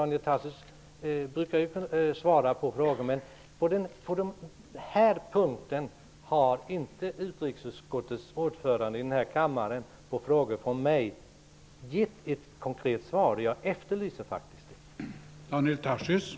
Daniel Tarschys brukar svara på frågor, men på den här punkten har utrikesutskottets ordförande inte på frågor från mig i denna kammare gett något konkret svar, och jag efterlyser faktiskt ett sådant.